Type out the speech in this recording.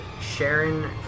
Sharon